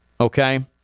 okay